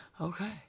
Okay